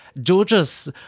Georges